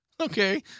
Okay